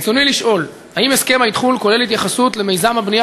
רצוני לשאול: 1. האם הסכם האתחול כולל התייחסות למיזם הבנייה